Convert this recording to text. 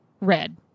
red